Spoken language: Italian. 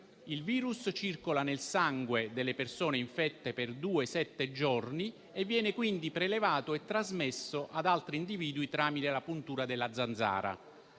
Il virus circola nel sangue delle persone infette per due-sette giorni e viene quindi prelevato e trasmesso ad altri individui tramite la puntura della zanzara.